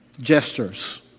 gestures